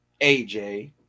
AJ